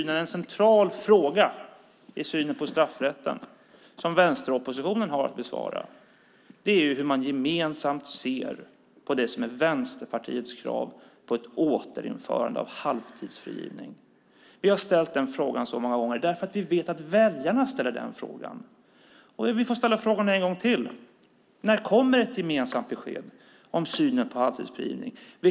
En central fråga som vänsteroppositionen har att besvara gäller synen på straffrätten och hur man gemensamt ser på det som är Vänsterpartiets krav på ett återinförande av halvtidsfrigivningen. Vi har ställt den frågan så många gånger därför att vi vet att väljarna ställer den frågan. Vi får ställa frågan en gång till. När kommer ett gemensamt besked om synen på halvtidsfrigivning?